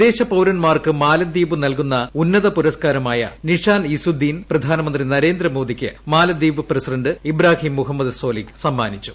വിദേശപൌരന്മാർക്ക് മാലദ്വീപ് നൽകുന്ന ഉന്നത പുരസ്ക്കാരമായ നിഷാൻ ഇസുദ്ദീൻ പ്രധാനമന്ത്രി നരേന്ദ്രമോദിക്ക് മാലദ്വീപ് പ്രസിഡന്റ് ഇബ്രാഹീം മുഹമ്മദ് സ്വാലിഹ് സമ്മാനിച്ചു